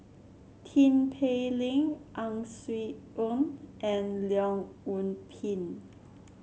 Tin Pei Ling Ang Swee Aun and Leong Yoon Pin